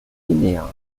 guinea